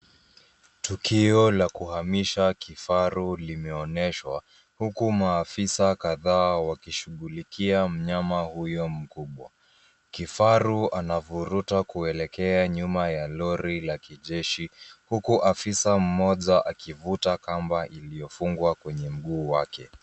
Tukio la kuhamisha kifaru limeonyeshwa. Huku maafisa kadhaa wakishughulika mnyama huyo mkubwa. Kifaru anavurutwa kuelekea nyuma ya lori la kijeshi huku afisa mmoja akivuta kamba iliyo fungwa kwenye mguu wake.